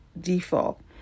default